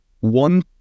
one